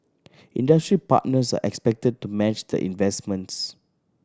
industry partners are expected to match the investments